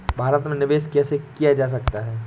भारत में निवेश कैसे किया जा सकता है?